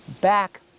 back